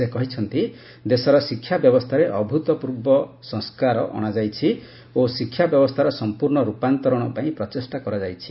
ସେ କହିଛନ୍ତି ଦେଶର ଶିକ୍ଷା ବ୍ୟବସ୍ଥାରେ ଅଭ୍ରୁତପୂର୍ବ ସଂସ୍କାର ଅଣାଯାଇଛି ଓ ଶିକ୍ଷା ବ୍ୟବସ୍ଥାର ସମ୍ପୂର୍ଣ୍ଣ ରୂପାନ୍ତରଣ ପାଇଁ ପ୍ରଚେଷ୍ଟା କରାଯାଇଛି